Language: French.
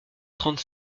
trente